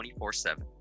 24-7